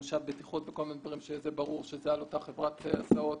מושב בטיחות וכל מיני דברים שזה ברור שהם על אותה חברת הסעות